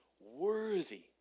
worthy